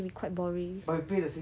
but you pay the same school fees right